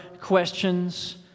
questions